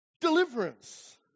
deliverance